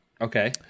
okay